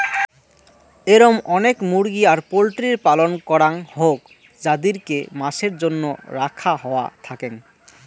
এরম অনেক মুরগি আর পোল্ট্রির পালন করাং হউক যাদিরকে মাসের জন্য রাখা হওয়া থাকেঙ